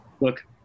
look